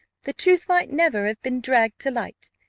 the truth might never have been dragged to light,